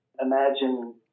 Imagine